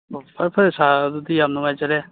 ꯑꯣ ꯐꯔꯦ ꯐꯔꯦ ꯁꯥꯔ ꯑꯗꯨꯗꯤ ꯌꯥ ꯅꯨꯡꯉꯥꯏꯖꯔꯦ